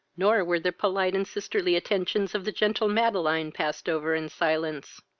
nor were the polite and sisterly attentions of the gentle madeline passed over in silence.